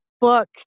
book